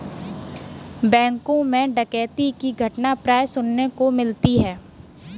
बैंकों मैं डकैती की घटना प्राय सुनने को मिलती है